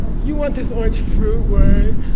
you want this orange fruit word?